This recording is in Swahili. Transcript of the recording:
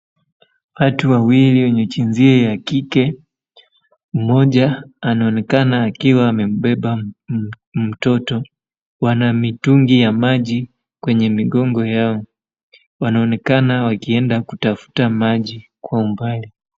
Watu wawili wenye jinsia ya kike. Mmoja anaonekana akiwa amebeba mtoto. Wanamitungi ya maji kwenye migongo yao. Wanaonekana wakienda kutafuta maji kwa umbali.